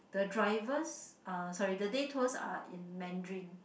the drivers are sorry the day tours are in Mandarin